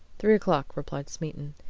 three o'clock, replied smeaton.